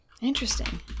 Interesting